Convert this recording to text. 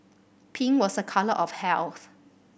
pink was a colour of health